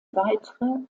weitere